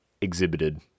exhibited